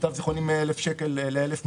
למיטב זיכרוני מ-1,000 שקל ל-1,200,